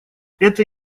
это